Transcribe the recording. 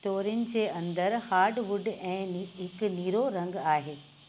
स्टोरिन जे अंदरि हार्डवुड ऐं हि हिकु नीरो रंगु आहे